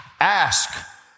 ask